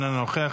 אינו נוכח,